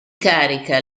carica